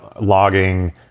logging